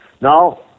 Now